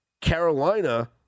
Carolina